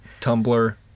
Tumblr